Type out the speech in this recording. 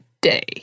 day